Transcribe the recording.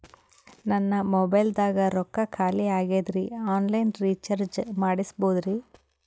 ನನ್ನ ಮೊಬೈಲದಾಗ ರೊಕ್ಕ ಖಾಲಿ ಆಗ್ಯದ್ರಿ ಆನ್ ಲೈನ್ ರೀಚಾರ್ಜ್ ಮಾಡಸ್ಬೋದ್ರಿ?